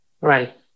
right